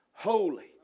Holy